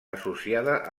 associada